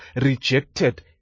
rejected